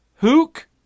Hook